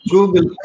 Google